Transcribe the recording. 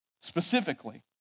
specifically